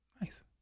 Nice